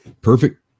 Perfect